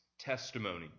testimony